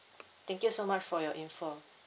thank you so much for your information